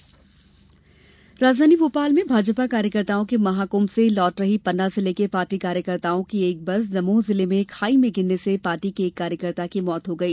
दुर्घटना राजधानी भोपाल में भाजपा कार्यकर्ताओं के महाकुंभ से लौट रही पन्ना जिले के पार्टी कार्यकर्ताओं की एक बस दमोह जिले में खाई में गिरने से पार्टी को एक कार्यकर्ता की मौत हो गई